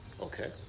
Okay